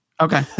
Okay